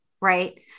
right